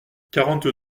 quarante